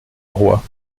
roi